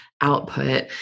output